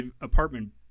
apartment